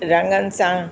रंगनि सां